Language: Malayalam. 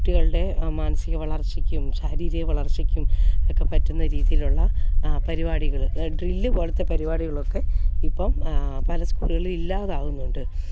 കുട്ടികളുടെ മാനസിക വളർച്ചയ്ക്കും ശാരീരിക വളർച്ചയ്ക്കും ഒക്കെ പറ്റുന്ന രീതിയിലുള്ള പരിപാടിൾ ഡ്രില്ല് പോലത്തെ പരിപാടികളൊക്കെ ഇപ്പം പല സ്കൂളുകളിൽ ഇല്ലാതാവുന്നുണ്ട്